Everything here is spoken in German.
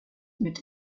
mit